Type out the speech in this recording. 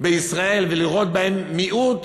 בישראל ולראות בהם מיעוט,